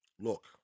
Look